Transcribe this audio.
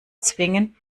zwingen